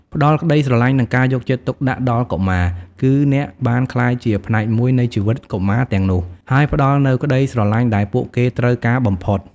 ផ្ដល់ក្ដីស្រឡាញ់ និងការយកចិត្តទុកដាក់ដល់កុមារ គឺអ្នកបានក្លាយជាផ្នែកមួយនៃជីវិតកុមារទាំងនោះ ហើយផ្ដល់នូវក្ដីស្រឡាញ់ដែលពួកគេត្រូវការបំផុត។